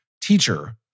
Teacher